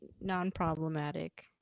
non-problematic